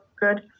good